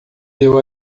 deu